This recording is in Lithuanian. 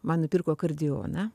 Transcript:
man nupirko akordeoną